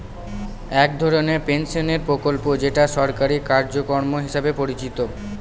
এক ধরনের পেনশনের প্রকল্প যেটা সরকারি কার্যক্রম হিসেবে পরিচিত